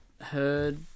heard